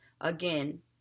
again